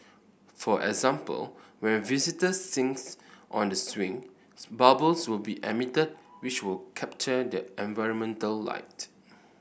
for example when visitors since on the swing bubbles will be emitted which will capture the environmental light